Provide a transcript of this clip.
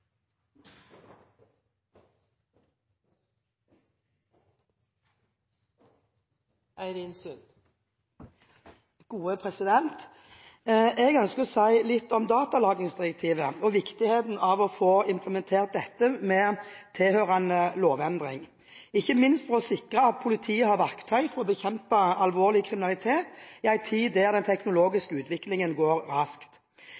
Jeg ønsker å si litt om datalagringsdirektivet og viktigheten av å få implementert dette med tilhørende lovendringer – ikke minst for å sikre at politiet har verktøy for å bekjempe alvorlig kriminalitet i en tid der den teknologiske utviklingen går raskt.